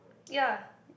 ya